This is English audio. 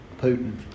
Putin